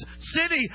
city